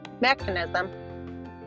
mechanism